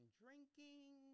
drinking